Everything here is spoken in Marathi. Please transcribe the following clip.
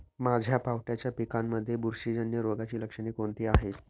माझ्या पावट्याच्या पिकांमध्ये बुरशीजन्य रोगाची लक्षणे कोणती आहेत?